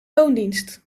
loondienst